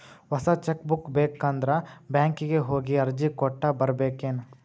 ಹೊಸ cheque book ಬೇಕಂದ್ರ ಬ್ಯಾಂಕಿಗೆ ಹೋಗಿ ಅರ್ಜಿ ಕೊಟ್ಟ ಬರ್ಬೇಕೇನ್